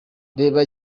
reba